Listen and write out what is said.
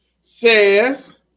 says